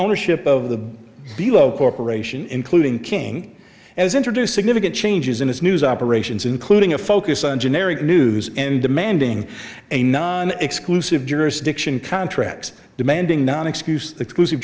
ownership of the below corporation including king as introduced significant changes in its news operations including a focus on generic news and demanding a non exclusive jurisdiction contracts demanding non excuse exclusive